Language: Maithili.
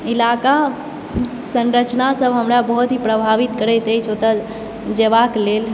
इलाका सँरचना सब हमरा बहुत ही प्रभावित करैत अछि ओतऽ जेबाक लेल